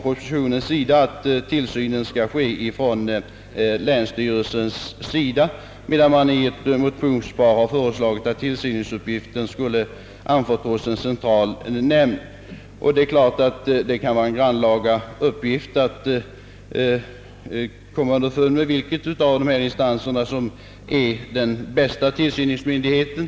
I propositionen föreslås att tillsynen skall utövas av länsstyrelsen, medan i ett motionspar föreslås att tillsyningsuppgiften skall anförtros en central nämnd. Självfallet kan det vara en grannlaga uppgift att komma underfund med vilken av dessa instanser som är den bästa tillsyningsmyndigheten.